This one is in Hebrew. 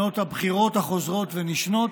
שנות הבחירות החוזרות והנשנות,